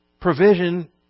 provision